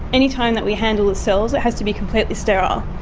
any time that we handle the cells it has to be completely sterile,